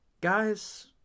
guys